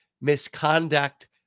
misconduct